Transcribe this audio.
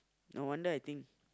no wonder I think